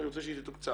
אני רוצה שהיא תתוקצב.